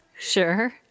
Sure